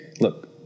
Look